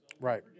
Right